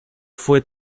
fue